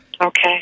Okay